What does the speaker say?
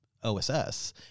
OSS